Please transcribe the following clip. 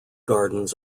gardens